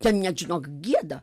ten net žinok gieda